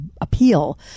appeal